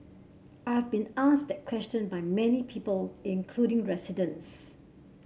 I've been asked that question by many people including residents